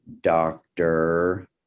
doctor